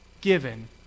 given